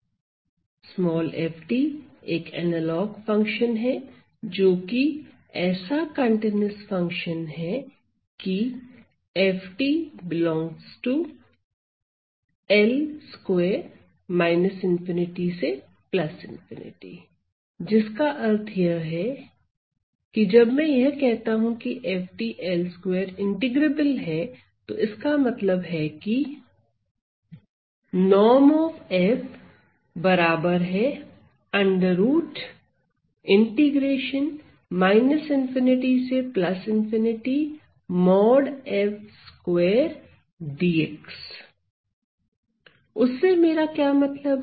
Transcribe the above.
f एक analog function है जोकि ऐसा कंटीन्यूअस फंक्शन है की f ∈ L2−∞ ∞ जिसका अर्थ यह है कि जब मैं कहता हूं की f L2 इंटीग्रेबल है तो इसका मतलब यह है कि उससे मेरा क्या मतलब है